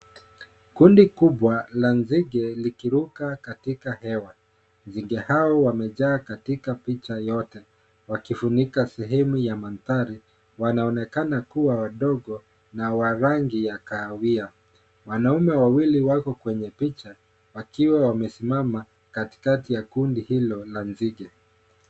Kundi kubwa la nzige likiruka katika hewa. Nzige hao wamejaa katika picha yote wakifunika sehemu ya madhari. Wanaonekana kuwa wadogo na wa rangi ya kahawia. Wanaume wawili wako kwenye picha wakiwa wamesimama katikati ya kundi hilo la nzige.